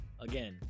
again